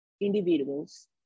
individuals